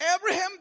Abraham